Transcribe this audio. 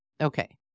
Okay